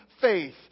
faith